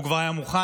הוא כבר היה מוכן,